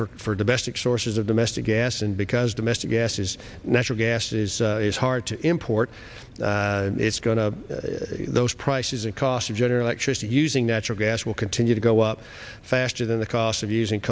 g for domestic sources of domestic gas and because domestic gas is natural gas is it's hard to import it's going to those prices and cost of general electric using natural gas will continue to go up faster than the cost of using